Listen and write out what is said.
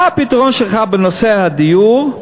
מה הפתרון שלך בנושא הדיור?